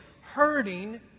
hurting